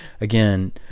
again